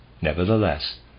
nevertheless